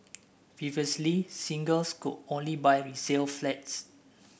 previously singles could only buy resale flats